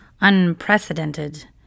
unprecedented